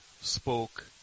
spoke